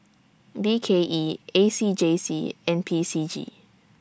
B K E A C J C and P C G